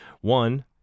One